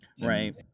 right